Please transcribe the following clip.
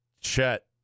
Chet